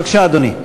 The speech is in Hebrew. בבקשה, אדוני.